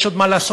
יש עוד מה לעשות,